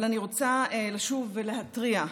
אבל אני רוצה לשוב ולהתריע: